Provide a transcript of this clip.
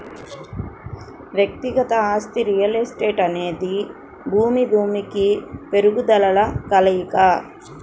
వ్యక్తిగత ఆస్తి రియల్ ఎస్టేట్అనేది భూమి, భూమికి మెరుగుదలల కలయిక